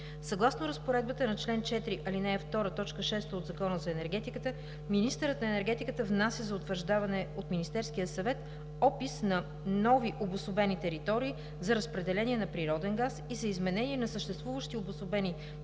Съгласно разпоредбата на чл. 4, ал. 2, т. 6 от Закона за енергетиката министърът на енергетиката внася за утвърждаване от Министерския съвет опис на нови обособени територии за разпределение на природен газ и за изменение на съществуващи обособени територии